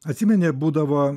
atsimeni būdavo